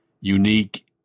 unique